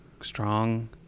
strong